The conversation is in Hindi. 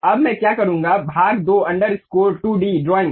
अब मैं क्या करूँगा भाग 2 अंडरस्कोर 2 डी ड्राइंग